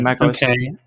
Okay